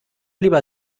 lieber